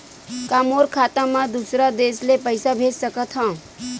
का मोर खाता म दूसरा देश ले पईसा भेज सकथव?